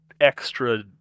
extra